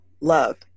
love